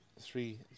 three